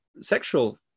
sexual